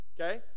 Okay